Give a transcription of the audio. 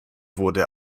wurde